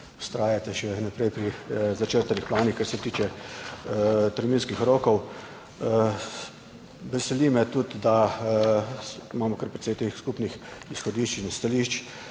vztrajate še naprej pri začrtanih planih, kar se tiče terminskih rokov. Veseli me tudi, da imamo kar precej teh skupnih izhodišč in stališč,